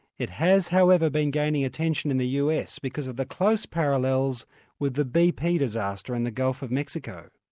it has, however, been gaining attention in the us because of the close parallels with the bp disaster in the gulf of mexico.